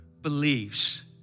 believes